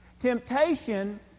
Temptation